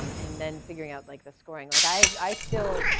um and then figuring out like the scoring, like i i still,